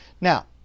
Now